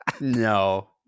No